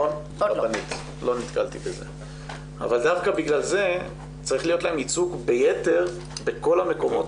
אבל דווקא בגלל זה צריך להיות להן ייצוג ביתר בכל המקומות